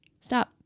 stop